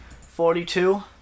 forty-two